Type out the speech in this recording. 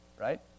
right